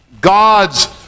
God's